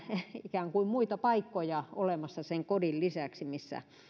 ikään kuin muita paikkoja olemassa sen kodin lisäksi missä